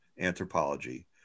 anthropology